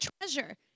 treasure